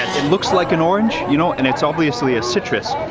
it looks like an orange, you know, and it's obviously a citrus.